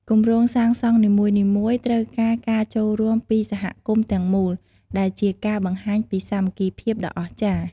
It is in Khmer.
គម្រោងសាងសង់នីមួយៗត្រូវការការចូលរួមពីសហគមន៍ទាំងមូល ដែលជាការបង្ហាញពីសាមគ្គីភាពដ៏អស្ចារ្យ។